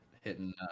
hitting